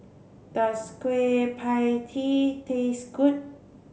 does Kueh Pie Tee taste good